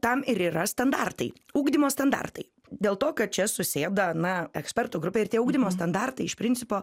tam ir yra standartai ugdymo standartai dėl to kad čia susėda na ekspertų grupė ir tie ugdymo standartai iš principo